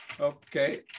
Okay